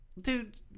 Dude